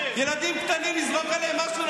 ילדים קטנים, לזרוק עליהם משהו?